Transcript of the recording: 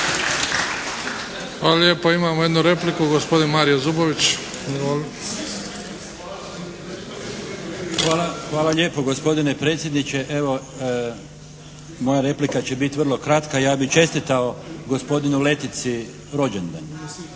Hvala lijepo. Imamo jednu repliku, gospodin Mario Zubović. Izvoli! **Zubović, Mario (HDZ)** Hvala lijepo gospodine predsjedniče. Evo, moja replika će biti vrlo kratka. Ja bi čestitao gospodinu Letici rođendan u